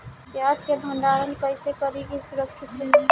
प्याज के भंडारण कइसे करी की सुरक्षित रही?